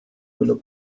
quello